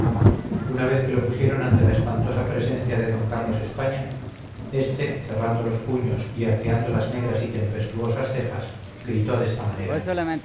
una vez que lo pusieron ante la espantosa presencia de d carlos españa este cerrando los puños y arqueando las negras y tempestuosas cejas gritó de esta manera